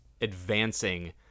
advancing